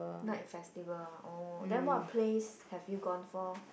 night festival ah oh then what plays have you gone for